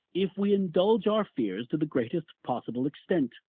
if we indulge our fears to the greatest possible extent.